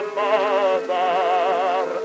mother